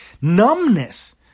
numbness